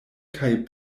kaj